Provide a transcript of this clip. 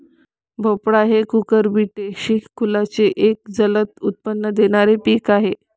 भोपळा हे कुकुरबिटेसी कुलाचे एक जलद उत्पन्न देणारे पीक आहे